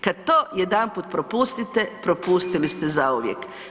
Kad to jedanput propustite, propustili ste zauvijek.